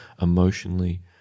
emotionally